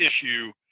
issue